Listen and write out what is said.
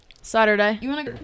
Saturday